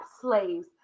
slaves